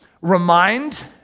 Remind